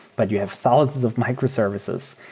but you have thousands of microservices.